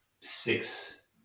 six